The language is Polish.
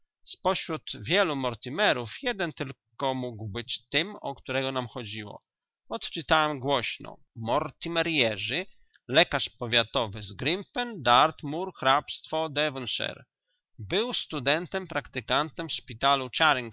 pośród wielu mortimerów jeden tylko mógł być tym o którego nam chodziło odczytałem głośno mortimer jerzy lekarz powiatowy w grimpen dartmoor hrabstwo devsu był studentem praktykantem w szpitalu